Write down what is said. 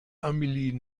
amelie